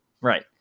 Right